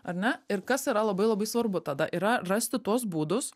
ar ne ir kas yra labai labai svarbu tada yra rasti tuos būdus